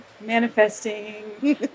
Manifesting